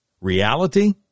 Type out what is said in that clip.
Reality